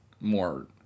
more